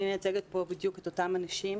אני מייצגת כאן את אותם אנשים